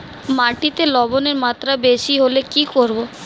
মাটিতে লবণের মাত্রা বেশি হলে কি করব?